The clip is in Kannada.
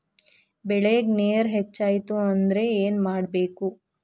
ಬೆಳೇಗ್ ನೇರ ಹೆಚ್ಚಾಯ್ತು ಅಂದ್ರೆ ಏನು ಮಾಡಬೇಕು?